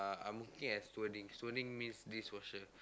uh I'm working as stewarding stewarding means dishwasher